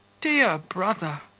dear brother!